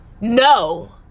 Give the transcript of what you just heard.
no